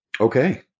Okay